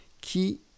qui